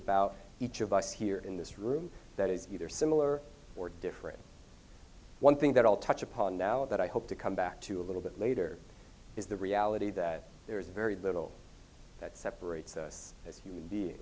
about each of us here in this room that is either similar or different one thing that i'll touch upon now that i hope to come back to a little bit later is the reality that there is very little that separates us as human beings